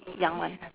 young one